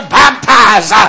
baptize